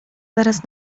zaraz